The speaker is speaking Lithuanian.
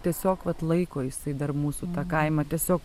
tiesiog vat laiko jisai dar mūsų tą kaimą tiesiog